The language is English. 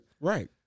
Right